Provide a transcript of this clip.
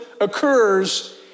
occurs